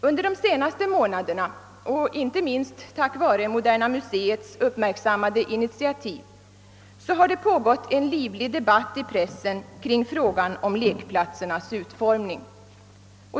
Under de senaste månaderna har det — inte minst tack vare moderna museets uppmärksammade initiativ — pågått en livlig debatt kring frågan om lekplatsernas utformning.